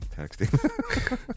texting